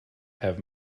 have